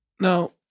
Now